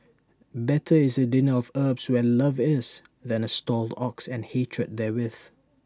better is A dinner of herbs where love is than A stalled ox and hatred therewith